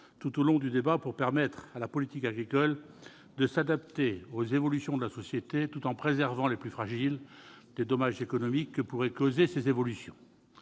tout au long du débat, pour permettre à la politique agricole de s'adapter aux évolutions de la société, tout en préservant les plus fragiles des dommages économiques que pourraient causer ces évolutions.